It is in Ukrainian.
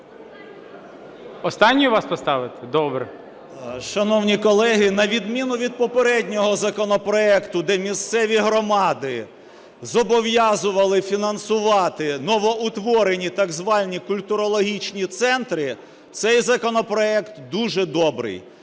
Останньою вас поставити? Добре. 14:30:26 СОБОЛЄВ С.В. Шановні колеги, на відміну від попереднього законопроекту, де місцеві громади зобов'язували фінансувати новоутворені так звані культурологічні центри, цей законопроект дуже добрий.